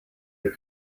the